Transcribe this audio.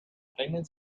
trennen